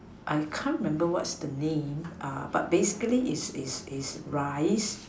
I can't remember what is the name uh but basically is is is rice